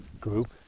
group